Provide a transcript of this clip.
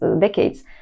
decades